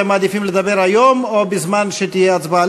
אתם מעדיפים לדבר היום או בזמן שתהיה הצבעה?